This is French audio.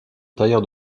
tailleurs